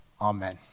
Amen